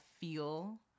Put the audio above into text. feel